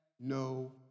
no